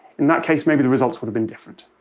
in that case maybe the results would have been different.